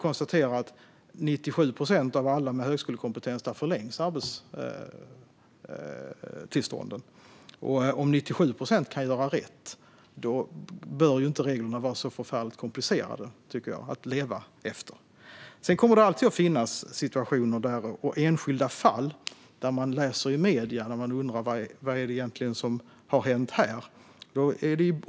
För 97 procent av dem med högskolekompetens förlängs arbetstillståndet, och om 97 procent kan göra rätt kan inte reglerna vara så förfärligt komplicerade att leva efter. Det kommer alltid att finnas enskilda fall som man läser om i medierna och där man undrar vad det är som händer.